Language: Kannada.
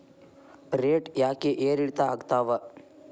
ರೇಟ್ ಯಾಕೆ ಏರಿಳಿತ ಆಗ್ತಾವ?